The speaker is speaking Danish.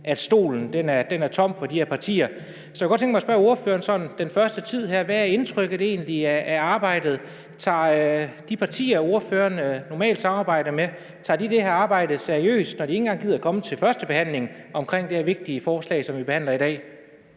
at stolen er tom for de her partier. Så jeg kunne godt tænke mig at spørge ordføreren, hvad indtrykket af arbejdet egentlig er her den første tid. Tager de partier, ordføreren normalt samarbejder med, det her arbejde seriøst, når de ikke engang gider at komme til førstebehandlingen af det her vigtige forslag, som vi behandler i dag?